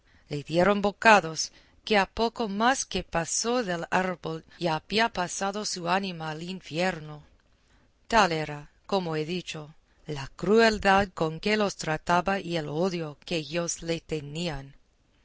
le dieron bocados que a poco más que pasó del árbol ya había pasado su ánima al infierno tal era como he dicho la crueldad con que los trataba y el odio que ellos le tenían